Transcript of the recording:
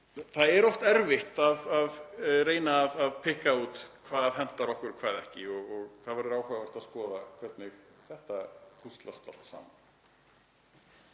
það er oft erfitt að reyna að pikka út hvað hentar okkur og hvað ekki. Það verður áhugavert að skoða hvernig þetta púslast allt saman.